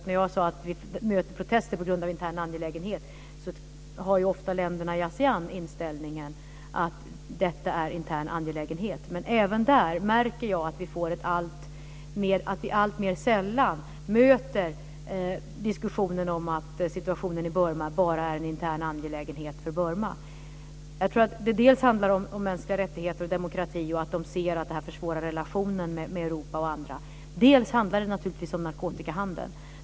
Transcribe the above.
När jag sade att vi möter protester på grund av att detta skulle vara en intern angelägenhet så menade jag att länderna i Asean ofta har inställningen att det skulle vara fråga om det. Men även där märker jag att vi alltmer sällan möter diskussionen om att situationen i Burma bara är en intern angelägenhet för Burma. Dels handlar det om mänskliga rättigheter och demokrati och att de ser att detta försvårar relationen med Europa, dels handlar det naturligtvis om narkotikahandeln.